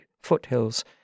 foothills